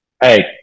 Hey